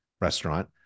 restaurant